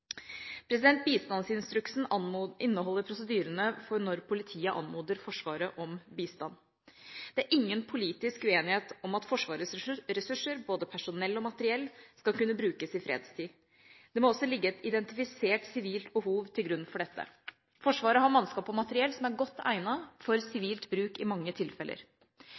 Bistandsinstruksen inneholder prosedyrene for når politiet anmoder Forsvaret om bistand. Det er ingen politisk uenighet om at Forsvarets ressurser, både personell og materiell, skal kunne brukes i fredstid. Det må også ligge et identifisert sivilt behov til grunn for dette. Forsvaret har mannskap og materiell som er godt egnet for sivilt bruk i mange tilfeller.